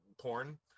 porn